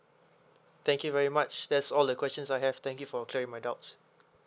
thank you very much that's all the questions I have thank you for clearing my doubt